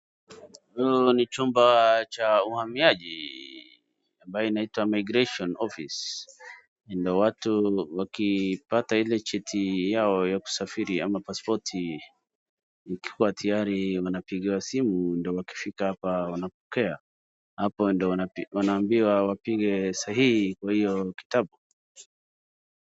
Huu ni chumba cha uhamiaji ,ambaye inaitwa immigration office ina watu wakipata ile cheti yao ya kusafiri ama pasipoti, ikiwa tayari wanapigiwa simu ndo wakifika hapa wanapokea. Hapo ndo wanaambiwa wapige sahihi kwa hiyo kitabu.